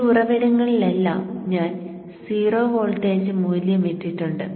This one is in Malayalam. ഈ ഉറവിടങ്ങളിലെല്ലാം ഞാൻ 0 വോൾട്ടേജ് മൂല്യം ഇട്ടിട്ടുണ്ട്